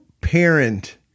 parent